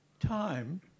time